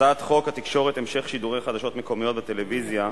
הצעת חוק התקשורת (המשך שידורי חדשות מקומיות בטלוויזיה)